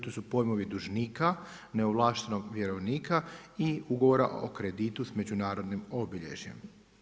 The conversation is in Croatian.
To su pojmovi dužnika, neovlaštenog vjerovnika i ugovora o kreditu s međunarodnim obilježjem.